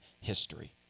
history